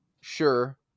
sure